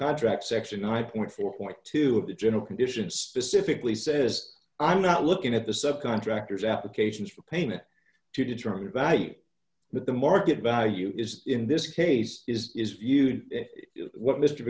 contract section i point for point two of the general condition specifically says i'm not looking at the subcontractors applications for payment to determine value but the market value is in this case is viewed what mr